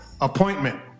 Appointment